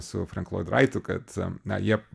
su frank loid raitu kad a na jie